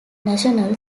national